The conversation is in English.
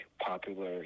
popular